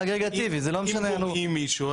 אם גורעים מישהו,